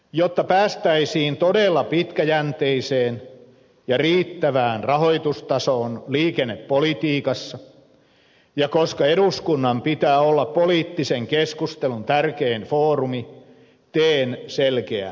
jotta päästäisiin todella pitkäjänteiseen ja riittävään rahoitustasoon liikennepolitiikassa ja koska eduskunnan pitää olla poliittisen keskustelun tärkein foorumi teen selkeän ehdotuksen